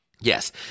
Yes